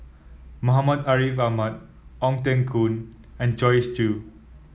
Muhammad Ariff Ahmad Ong Teng Koon and Joyce Jue